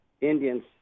Indians